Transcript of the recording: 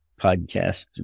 podcast